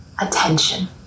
attention